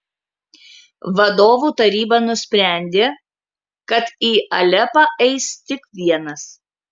vadovų taryba nusprendė kad į alepą eis tik vienas